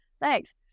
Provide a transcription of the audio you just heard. Thanks